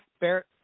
Barrett